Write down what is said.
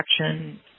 action